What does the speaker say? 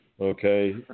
okay